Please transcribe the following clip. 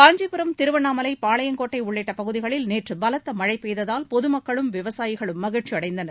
காஞ்சிபுரம் திருண்ணாமலை பாளையங்கோட்டை உள்ளிட்ட பகுதிகளில் நேற்று பலத்த மழை பெய்ததால் பொதுமக்களும் விவசாயிகளும் மகிழ்ச்சி அடைந்தனர்